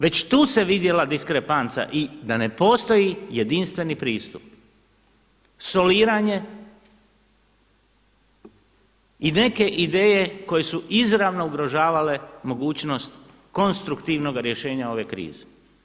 Već tu se vidjela diskrepanca i da ne postoji jedinstveni pristup, soliranje i neke ideje koje su izravno ugrožavale mogućnost konstruktivnoga rješenja ove krize.